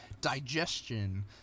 digestion